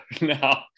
now